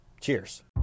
Cheers